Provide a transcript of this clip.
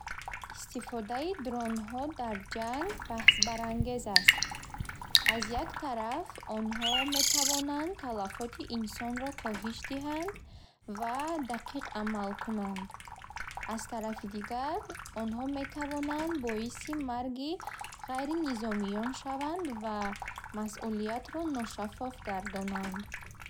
Истифодаи дронҳо дар ҷанг баҳсбарангез аст. Аз як тараф, онҳо метавонанд талафоти инсонро коҳиш диҳанд ва дақиқ амал кунанд. Аз тарафи дигар, онҳо метавонанд боиси марги ғайринизомиён шаванд ва масъулиятро ношаффоф гардонанд.